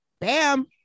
Bam